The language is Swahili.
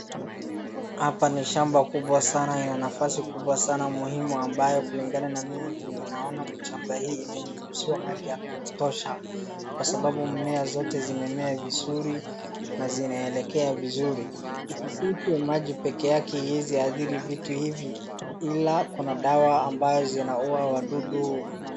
Hapa ni shamba kubwa sana, ina nafasi kubwa sana, muhimu ambayo kulingana na mimi naona shamba hii imenyunyiziwa maji ya kutosha, kwa sababu mmea zote zimemea vizuri, na zinaelekea vizuri, huku maji peke yake haiweziadhiri vitu hivi, ila kuna dawa ambayo zinaua wadudu na.